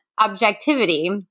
objectivity